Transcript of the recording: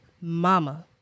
Mama